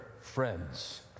friends